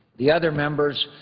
the other members,